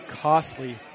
costly